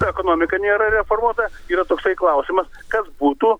ekonomika nėra reformuota yra toksai klausimas kas būtų